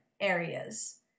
areas